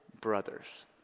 brothers